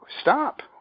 stop